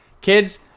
Kids